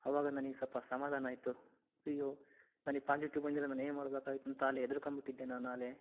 ಅವಾಗ ನನಗೆ ಸ್ವಲ್ಪ ಸಮಾಧಾನ ಆಯಿತು ಅಯ್ಯೋ ನನಗೆ ಪಾಸಿಟಿವ್ ಬಂದಿದ್ರೆ ನಾನು ಏನು ಮಾಡ್ಬೇಕಾಗಿತ್ತು ಅಂತ ಅಲ್ಲಿ ಹೆದ್ರಿಕಂಬಿಟ್ಟಿದ್ದೆ ನಾನು ಆಗಲೇ